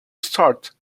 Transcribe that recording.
started